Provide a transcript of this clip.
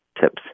tips